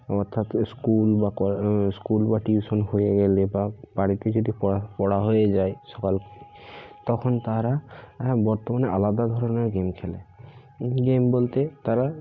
অর্থাৎ এ স্কুল বা ক স্কুল বা টিউশন হয়ে গেলে বা বাড়িতে যদি পড়া পড়া হয়ে যায় সকাল তখন তারা বর্তমানে আলাদা ধরনের গেম খেলে গেম বলতে তারা